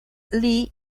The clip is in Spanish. lee